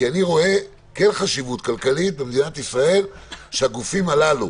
כי אני רואה כן חשיבות כלכלית במדינת ישראל שהגופים הללו,